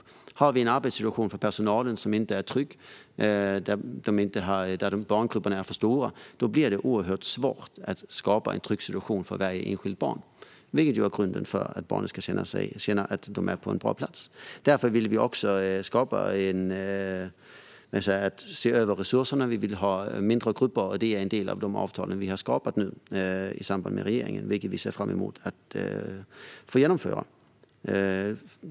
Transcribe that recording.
Har personalen en arbetssituation som inte är trygg och där barngrupperna är för stora blir det oerhört svårt att skapa en trygg situation för varje enskilt barn, vilket är grunden för att barnet ska känna att det är på en bra plats. Därför vill vi se över resurserna. Vi vill ha mindre grupper. Det är en del av de avtal vi nu har skapat i samråd med regeringen, och vi ser fram emot att få genomföra detta.